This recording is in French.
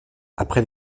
après